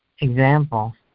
example